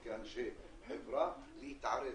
כאנשי חברה, להתערב.